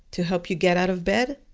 to help you get out of bed?